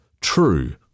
True